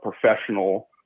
professional